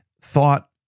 thought